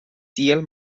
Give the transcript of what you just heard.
tiel